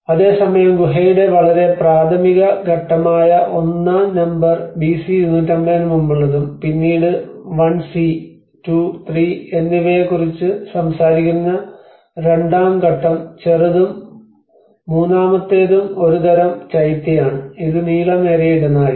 അതേസമയം ഗുഹയുടെ വളരെ പ്രാഥമിക ഘട്ടമായ ഒന്നാം നമ്പർ ബിസി 250 ന് മുമ്പുള്ളതും പിന്നീട് 1 സി 2 3 എന്നിവയെക്കുറിച്ച് സംസാരിക്കുന്ന രണ്ടാം ഘട്ടം ചെറുതും മൂന്നാമത്തേതും ഒരു തരം ചൈത്യയാണ് ഇത് നീളമേറിയ ഇടനാഴി